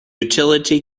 utility